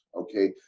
okay